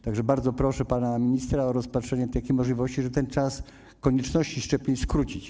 Tak że bardzo proszę pana ministra o rozpatrzenie takiej możliwości, żeby ten termin koniecznych szczepień skrócić.